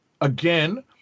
again